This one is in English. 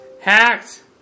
Hacked